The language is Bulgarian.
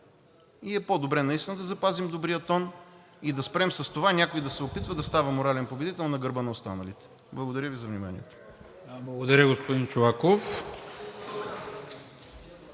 и е по-добре наистина да запазим добрия тон и да спрем с това някой да се опитва да става морален победител на гърба на останалите. Благодаря Ви за вниманието. ПРЕДСЕДАТЕЛ НИКОЛА